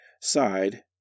side